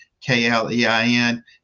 K-L-E-I-N